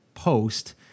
Post